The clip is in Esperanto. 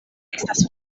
estas